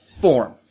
form